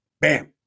Bam